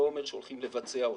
לא אומר שהולכים לבצע אותן.